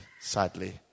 sadly